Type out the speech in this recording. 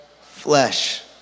flesh